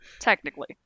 Technically